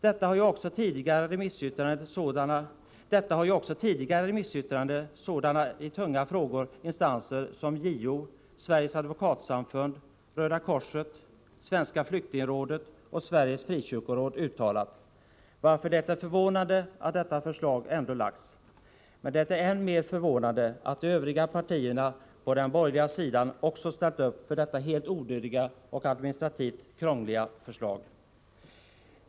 Detta har också tidigare uttalats i remissyttranden av sådana i denna fråga tunga instanser som JO, Sveriges advokatsamfund, Röda korset, Svenska flyktingrådet och Sveriges frikyrkoråd. Därför är det förvånande att detta förslag ändå lagts fram. Men det är än mer förvånande att de övriga partierna på den borgerliga sidan också ställt upp för detta helt onödiga och administrativt krångliga förslag.